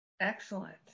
Excellent